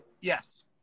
Yes